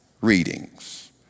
readings